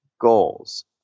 goals